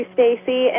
Stacey